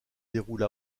déroule